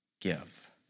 Give